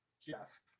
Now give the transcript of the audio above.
Jeff